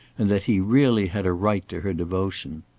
and that he really had a right to her devotion.